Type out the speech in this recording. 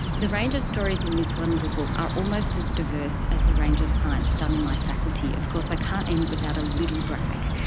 the range of stories in this one little book are almost as diverse as the range of science done in my faculty. of course i can't end without a little brag.